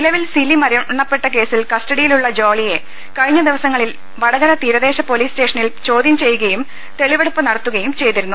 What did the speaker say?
നിലവിൽ സിലി മരണപ്പെട്ട കേസിൽ കസ്റ്റഡിയിലുള്ള ജോളിയെ കഴിഞ്ഞ ദിവസങ്ങളിൽ വടകര തീരദേശ പോലീസ് സ്റ്റേഷനിൽ ചോദ്യം ചെയ്യുകയും തെളിവെടുപ്പ് നടത്തുകയും ചെയ്തിരുന്നു